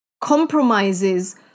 compromises